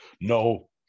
no